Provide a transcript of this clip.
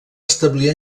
establir